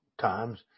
times